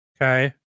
Okay